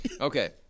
Okay